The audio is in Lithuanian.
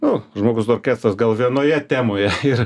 nu žmogus orkestras gal vienoje temoje ir